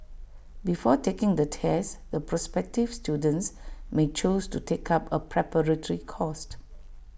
before taking the test the prospective students may choose to take up A preparatory course